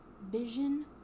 Vision